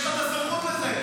יש לך את הסמכות לזה.